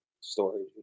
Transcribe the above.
story